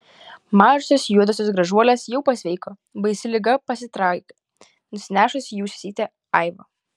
mažosios juodosios gražuolės jau pasveiko baisi liga pasitraukė nusinešusi jų sesytę aivą